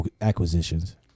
acquisitions